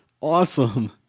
Awesome